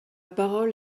parole